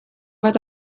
bat